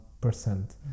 percent